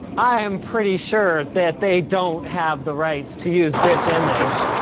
i am pretty sure that they don't have the rights to use this image.